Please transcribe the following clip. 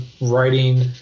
writing